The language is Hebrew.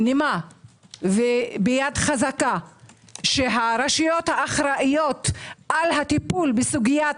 נימה וביד חזקה שהרשויות האחראיות על הטיפול בסוגיית